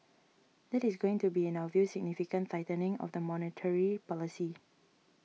that is going to be in our view significant tightening of the monetary policy